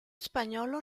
spagnolo